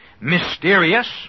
mysterious